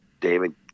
David